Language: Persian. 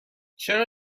چرا